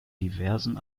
diversen